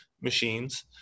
machines